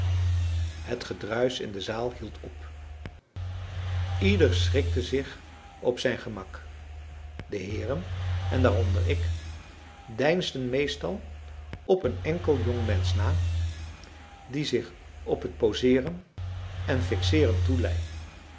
het gedruisch in de zaal hield op ieder schikte zich op zijn gemak de heeren en daaronder ik deinsden meestal op een enkel jong mensch na die zich op t poseeren en fixeeren toelei